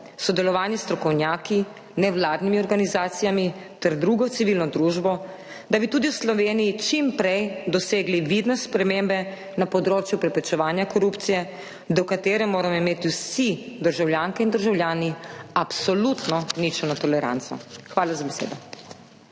sodelovanje s strokovnjaki, nevladnimi organizacijami ter drugo civilno družbo, da bi tudi v Sloveniji čim prej dosegli vidne spremembe na področju preprečevanja korupcije, do katere moramo imeti vsi državljanke in državljani absolutno ničelno toleranco. Hvala za besedo.